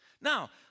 Now